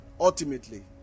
ultimately